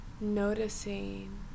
noticing